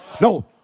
No